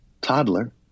toddler